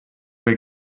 they